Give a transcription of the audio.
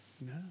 No